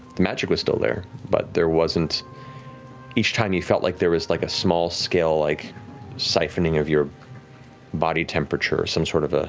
the magic was still there, but there wasn't each time you felt like there was like a small-scale like siphoning of your body temperature, some sort of ah